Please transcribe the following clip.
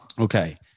Okay